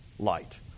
Light